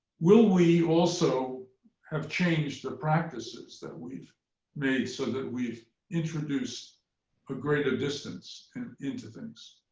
will we also have changed the practices that we've made so that we've introduced a greater distance and into things?